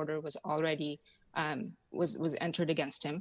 order was already was was entered against him